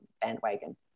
bandwagon